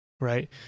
right